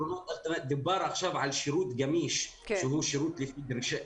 דובר עכשיו על שירות גמיש שהוא שירות לפי דרישה.